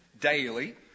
daily